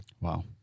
Wow